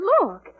Look